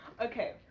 Okay